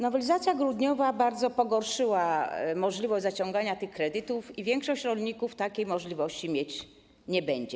Nowelizacja grudniowa bardzo pogorszyła możliwość zaciągania tych kredytów i większość rolników takiej możliwości nie będzie mieć.